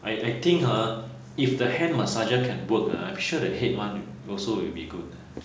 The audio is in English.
I I think ha if the hand massager can work uh I'm sure the head [one] also will be good